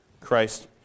Christ